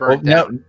No